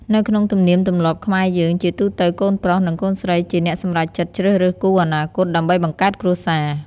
នៅក្នុងទំនៀមទំម្លាប់ខ្មែរយើង ជាទូទៅកូនប្រុស និងកូនស្រីជាអ្នកសម្រេចចិត្តជ្រើសរើសគូរអនាគត ដើម្បីបង្កើតគ្រួសារ។